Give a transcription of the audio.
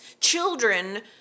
children